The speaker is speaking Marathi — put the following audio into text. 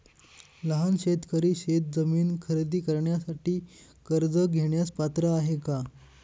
लहान शेतकरी शेतजमीन खरेदी करण्यासाठी कर्ज घेण्यास पात्र आहेत का?